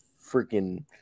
freaking